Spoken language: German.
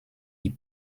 die